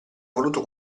voluto